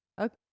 okay